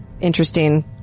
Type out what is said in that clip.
interesting